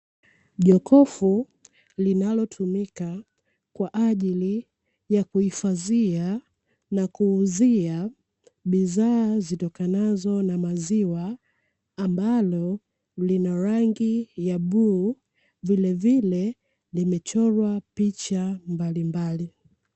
Jokofu linalotumika kwa ajili ya kuhifadhia na kuuzia bidhaa zitokanazo na maziwa ambalo lina rangi ya bluu, vilevile limechorwa picha mbalimbali.